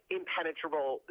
impenetrable